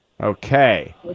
Okay